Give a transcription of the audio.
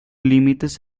límites